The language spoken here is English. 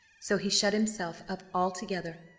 so he shut himself up altogether,